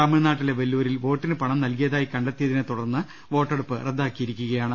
തമിഴ്നാട്ടിലെ വെല്ലൂരിൽ വോട്ടിന് പണം നൽകിയതായി കണ്ടെത്തി യതിനെ തുടർന്ന് വോട്ടെടുപ്പ് റദ്ദാക്കിയിരിക്കുകയാണ്